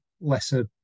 lesser